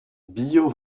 billaud